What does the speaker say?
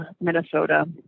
Minnesota